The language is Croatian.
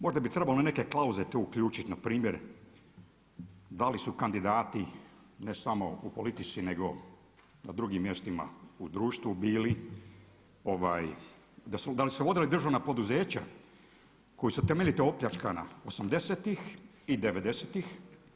Možda bi trebalo neke klauze tu uključiti npr. da li su kandidati ne samo u politici nego na drugim mjestima u društvu bili da li su vodili državna poduzeća koja su temeljito opljačkana osamdesetih i devedesetih.